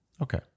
Okay